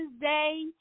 Day